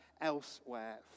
elsewhere